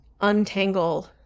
untangle